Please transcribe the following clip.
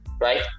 right